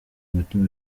umutima